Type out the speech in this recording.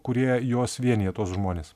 kurie juos vienija tuos žmones